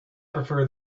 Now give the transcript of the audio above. prefer